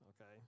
Okay